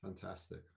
Fantastic